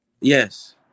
Yes